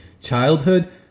childhood